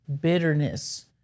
bitterness